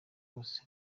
rwose